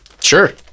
Sure